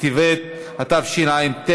בטבת התשע"ט,